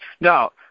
No